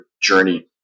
journey